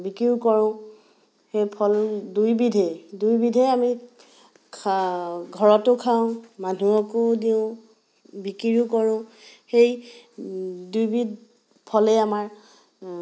বিক্ৰীও কৰোঁ সেই ফল দুয়োবিধেই দুয়োবিধেই আমি ঘৰতো খাওঁ মানুহকো দিওঁ বিক্ৰীও কৰোঁ সেই দুইবিধ ফলেই আমাৰ